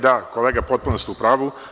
Da, kolega, potpuno ste u pravu.